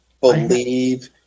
believe